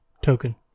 token